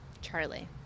Charlie